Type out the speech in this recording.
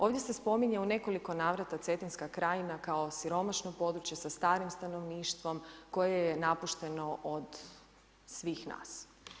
Ovdje se spominje u nekoliko navrata Cetinska krajina kao siromašno područje sa starim stanovništvom koje je napušteno od svih nas.